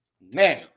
Now